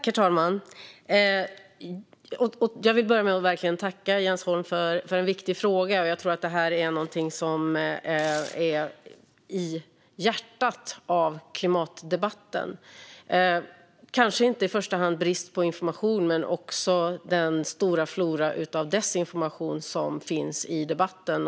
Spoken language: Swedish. Herr talman! Jag vill börja med att verkligen tacka Jens Holm för en viktig fråga. Detta är något som finns i hjärtat av klimatdebatten. Det kanske inte i första hand råder brist på information, men det finns en stor flora av desinformation i debatten.